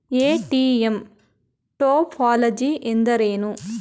ATM topology ಎಂದರೇನು?